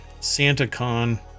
SantaCon